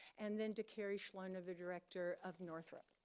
and then to kari schloner, the director of northrop.